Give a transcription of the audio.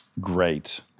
Great